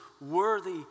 worthy